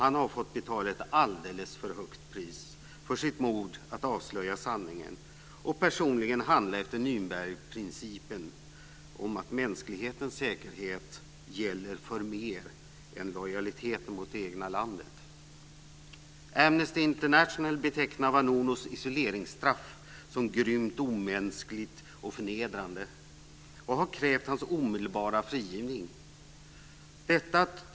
Han har fått betala ett alldeles för högt pris för sitt mod att avslöja sanningen och personligen handla efter Nürnbergprincipen om att mänsklighetens säkerhet gäller för mer än lojaliteten mot det egna landet. Amnesty International betecknar Vanunus isoleringsstraff som grymt, omänskligt och förnedrande och har krävt hans omedelbara frigivning.